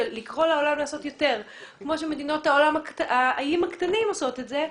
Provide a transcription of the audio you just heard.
לקרוא לעולם לעשות יותר כמו שהאיים הקטנים עושים זאת.